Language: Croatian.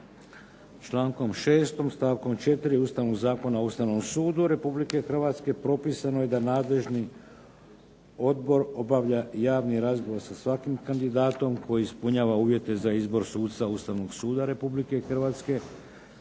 Člankom 6. stavkom 4. ustavnog Zakona o Ustavnom sudu Republike Hrvatske propisano je da nadležni Odbor obavlja javni razgovor sa svakim kandidatom koji ispunjava uvjete za Ustavnog suca Ustavnog suda Republike Hrvatske